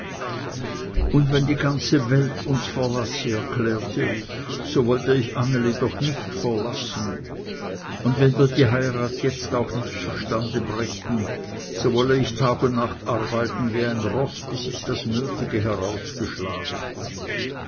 und wenn die ganze welt uns verlasse erklärte ich so wolle ich anneli doch nicht verlassen und wenn wir die heirat jetzt auch nicht zustande brächten so wolle ich tag und nacht arbeiten wie ein roß bis ich das nötige herausgeschlagen